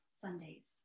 Sundays